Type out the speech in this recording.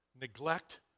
neglect